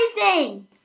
amazing